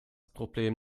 problem